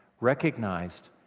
recognized